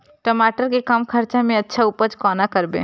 टमाटर के कम खर्चा में अच्छा उपज कोना करबे?